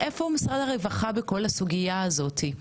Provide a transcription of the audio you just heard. איפה משרד הרווחה בכל הסוגיה הזאת?